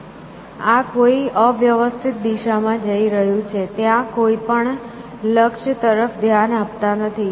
આ કોઈ અવ્યવસ્થિત દિશામાં જઈ રહ્યું છે ત્યાં કોઈ પણ લક્ષ્ય તરફ ધ્યાન આપતા નથી